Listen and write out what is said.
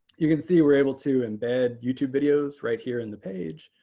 you can see we're able to embed youtube videos right here in the page.